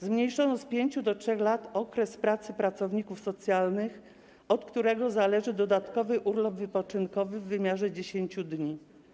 Zmniejszono z 5 do 3 lat okres pracy pracowników socjalnych, od którego zależy dodatkowy urlop wypoczynkowy w wymiarze 10 dni.